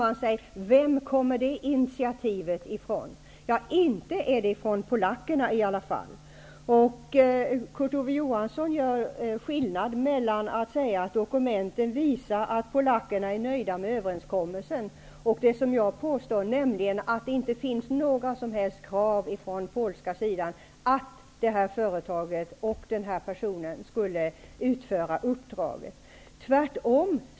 Men vem kom initiativet från? Inte var det från polackerna. Kurt Ove Johansson skiljer mellan att dokumenten visar att polackerna är nöjda med överenskommelsen och vad jag påstår, nämligen att det inte finns några som helst krav från den polska sidan om att det är det företaget och den personen som skall utföra uppdraget. Tvärtom!